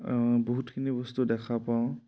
বহুতখিনি বস্তু দেখা পাওঁ